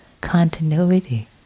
continuity